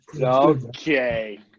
okay